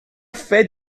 fait